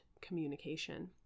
communication